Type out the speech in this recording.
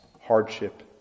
hardship